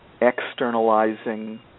externalizing